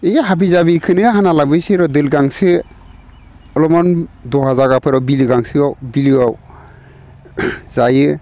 है हाबि जाबिखोनो हाना लाबोयोसैर' दोल गांसो अलपमान दहा जायगाफोराव बिलो गांसोआव बिलोआव जायो